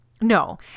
No